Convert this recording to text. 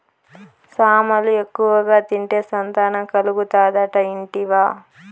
సామలు ఎక్కువగా తింటే సంతానం కలుగుతాదట ఇంటివా